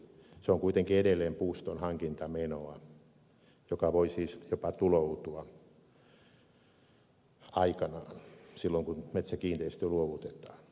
se on kuitenkin edelleen puuston hankintamenoa joka voi siis jopa tuloutua aikanaan silloin kun metsäkiinteistö luovutetaan